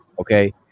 okay